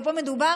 ופה מדובר